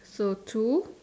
so two